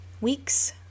weeks